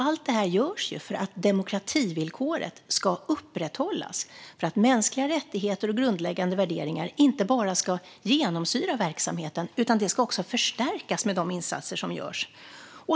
Allt det här görs ju för att demokrativillkoret ska upprätthållas och för att mänskliga rättigheter och grundläggande värderingar inte bara ska genomsyra verksamheten utan också förstärkas med de insatser som görs.